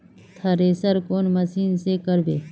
Thresher कौन मशीन से करबे?